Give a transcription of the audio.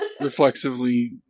reflexively